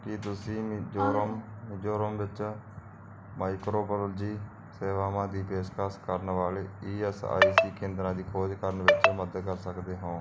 ਕੀ ਤੁਸੀਂ ਮਿਜ਼ੋਰਮ ਮਿਜ਼ੋਰਮ ਵਿੱਚ microbiology ਸੇਵਾਵਾਂ ਦੀ ਪੇਸ਼ਕਸ਼ ਕਰਨ ਵਾਲੇ ਈ ਐੱਸ ਆਈ ਸੀ ਕੇਂਦਰਾਂ ਦੀ ਖੋਜ ਕਰਨ ਵਿੱਚ ਮਦਦ ਕਰ ਸਕਦੇ ਹੋ